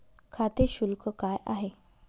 खाते शुल्क काय आहे?